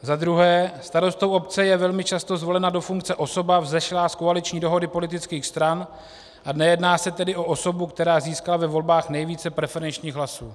za druhé, starostou obce je velmi často zvolena do funkce osoba vzešlá z koaliční dohody politických stran, a nejedná se tedy o osobu, která získala ve volbách nejvíce preferenčních hlasů;